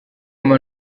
mba